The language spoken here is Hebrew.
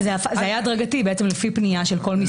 זה היה הדרגתי, לפי פנייה של כל משרד.